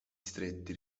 stretti